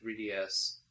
3DS